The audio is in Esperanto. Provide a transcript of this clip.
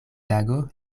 tago